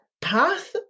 path